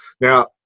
Now